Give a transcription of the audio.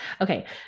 Okay